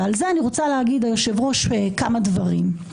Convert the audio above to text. ועל זה אני רוצה להגיד ליושב-ראש כמה דברים.